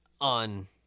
on